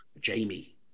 Jamie